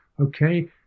okay